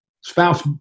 spouse